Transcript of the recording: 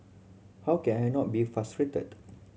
how can I not be frustrated